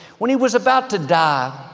when he was about to die,